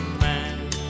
man